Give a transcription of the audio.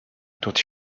dont